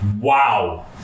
Wow